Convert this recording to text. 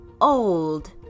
old